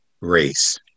race